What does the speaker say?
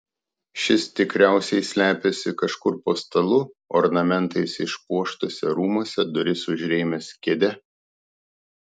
šis tikriausiai slepiasi kažkur po stalu ornamentais išpuoštuose rūmuose duris užrėmęs kėde